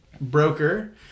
broker